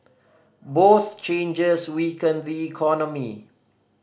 both changes weaken the economy